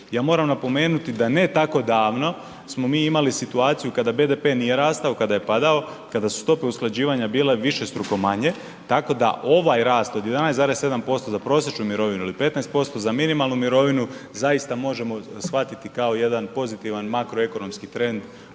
Ja moram napomenuti da ne tako davno smo mi imali situaciju kada BDP nije rastao, kada je padao, kada su stope usklađivanja bile višestruko manje tako a ovaj rast od 11,7% za prosječnu mirovinu ili 15% za minimalnu mirovinu, zaista možemo shvatiti kao jedan pozitivan makroekonomski trend